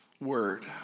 word